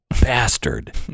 Bastard